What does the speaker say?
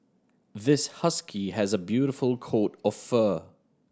this husky has a beautiful coat of fur